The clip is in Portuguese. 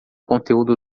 conteúdo